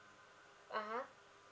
uh (huh)